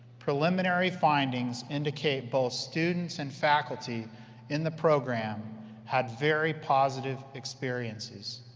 preliminary findings indicate both students and faculty in the program had very positive experiences.